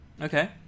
Okay